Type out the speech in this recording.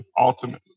ultimately